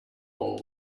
all